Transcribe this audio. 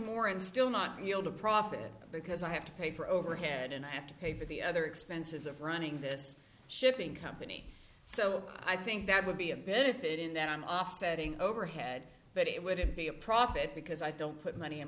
more and still not yield a profit because i have to pay for overhead and i have to pay for the other expenses of running this shipping company so i think that would be a benefit in that i'm offsetting overhead but it wouldn't be a profit because i don't put money in